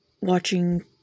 watching